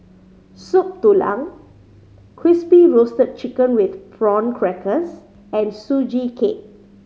Soup Tulang Crispy Roasted Chicken with Prawn Crackers and Sugee Cake